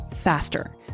faster